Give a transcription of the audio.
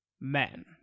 men